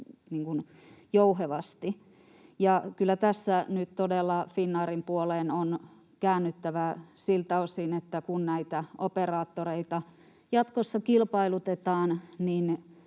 todella Finnairin puoleen on käännyttävä siltä osin, että kun näitä operaattoreita jatkossa kilpailutetaan,